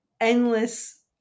endless